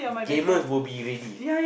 gamers will be ready